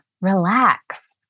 relax